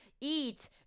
eat